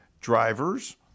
drivers